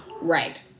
right